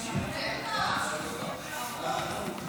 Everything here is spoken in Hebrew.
בטח ברור,